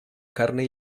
carne